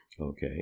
Okay